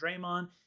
Draymond